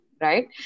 right